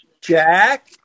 Jack